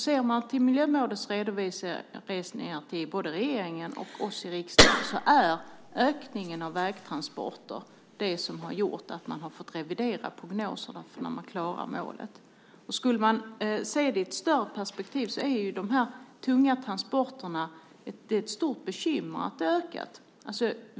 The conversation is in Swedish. Ser man på Miljömålsrådets redovisningar till regeringen och oss i riksdagen är det ökningen av vägtransporter som har gjort att man har fått revidera prognoserna för att klara målet. Om man ser det i ett större perspektiv är det ett stort bekymmer att de tunga transporterna ökar.